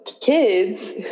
kids